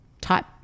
type